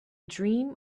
dream